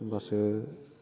होमबासो